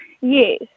Yes